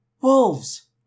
Wolves